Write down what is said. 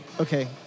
Okay